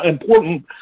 important